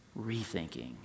rethinking